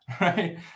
right